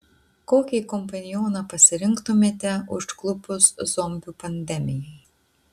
kokį kompanioną pasirinktumėte užklupus zombių pandemijai